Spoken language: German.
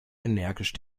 energisch